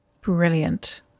Brilliant